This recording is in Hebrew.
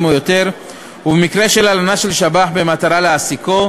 או יותר ובמקרה של הלנה של שב"ח במטרה להעסיקו,